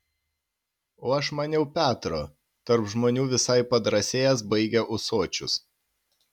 o aš maniau petro tarp žmonių visai padrąsėjęs baigia ūsočius